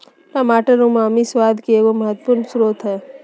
टमाटर उमामी स्वाद के एगो महत्वपूर्ण स्रोत हइ